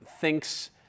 thinks